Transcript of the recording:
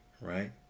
right